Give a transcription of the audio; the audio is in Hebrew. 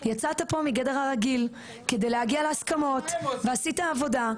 באמת יצאת פה מגדר הרגיל כדי להגיע להסכמות ועשית עבודה,